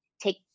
take